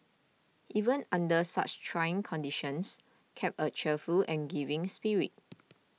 even under such trying conditions kept a cheerful and giving spirit